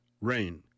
rain